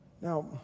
Now